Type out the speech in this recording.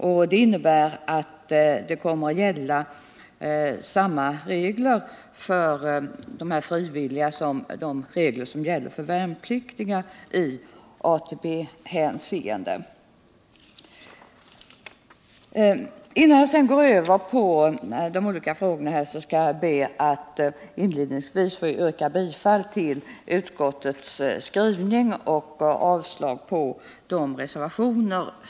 För de frivilliga kommer att gälla samma regler som gäller för värnpliktiga i ATP-hänseende. Innan jag övergår till övriga frågor vill jag yrka bifall till utskottets hemställan och avslag på de föreliggande reservationerna.